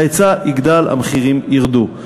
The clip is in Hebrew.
ההיצע יגדל, המחירים ירדו.